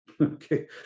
Okay